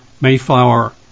Mayflower